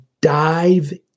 dive